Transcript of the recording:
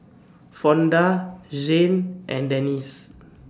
Fonda Zhane and Denese